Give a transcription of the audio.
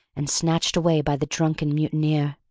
and snatched away by the drunken mutineer.